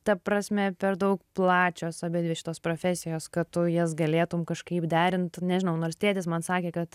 ta prasme per daug plačios abidvi šitos profesijos kad tu jas galėtum kažkaip derint nežinau nors tėtis man sakė kad